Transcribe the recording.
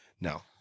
No